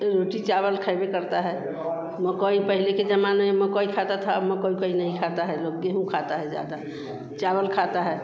रोटी चावल खइबे करता है मकई पहले के ज़माने में मकई खाते थे अब मकई ओकई नहीं खाते हैं लोग गेहूँ खाते हैं ज़्यादा चावल खाते हैं